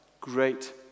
great